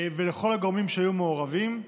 ולכל הגורמים שהיו מעורבים.